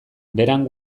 beran